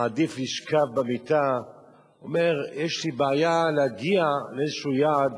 מעדיף לשכב במיטה ואומר: יש לי בעיה להגיע לאיזשהו יעד